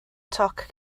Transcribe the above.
toc